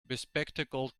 bespectacled